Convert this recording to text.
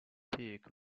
peak